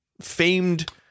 famed